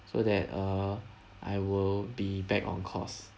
so that uh I will be back on course